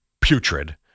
putrid